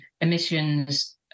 emissions